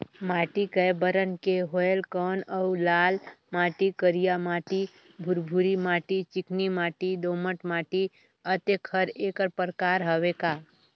माटी कये बरन के होयल कौन अउ लाल माटी, करिया माटी, भुरभुरी माटी, चिकनी माटी, दोमट माटी, अतेक हर एकर प्रकार हवे का?